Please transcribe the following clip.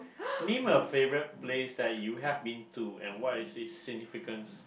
name a favorite place that you have been to and what is it's significance